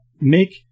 make